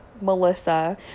Melissa